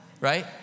Right